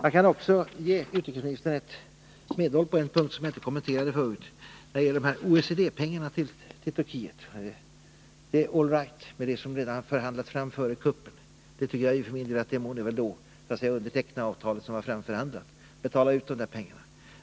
Jag kan också ge utrikesministern medhåll på en punkt som jag inte kommenterade förut, nämligen när det gäller OECD-pengarna till Turkiet. Det är all right med vad som har förhandlats fram redan före kuppen; ni må väl underteckna avtalet som är framförhandlat och betala ut pengarna.